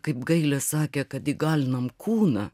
kaip gailė sakė kad įgalinam kūną